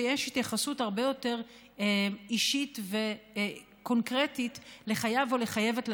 ויש התייחסות הרבה יותר אישית וקונקרטית לחייב או לחייבת,